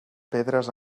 pedres